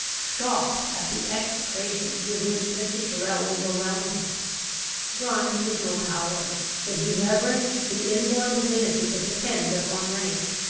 shocked at the execrations with which mr. tyrrel overwhelmed him grimes was no coward but he reverenced the inborn divinity that attends upon rank,